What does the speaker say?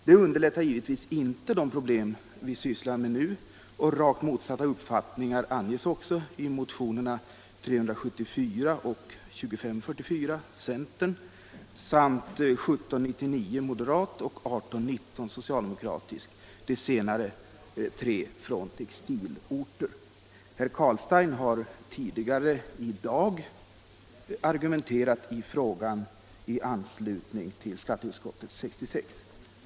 Det löser givetvis inte de problem vi sysslar med nu, och rakt motsatta uppfattningar anges också i motionerha 374 och 2544 från centern samt 1799 av moderaterna och 1819 av socialdemokraterna — de senare tre från textilorter. Herr Carlstein har tidigare i dag argumenterat i frågan i anslutning till skatteutskottets betänkande nr 66.